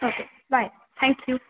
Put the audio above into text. okay bye thank you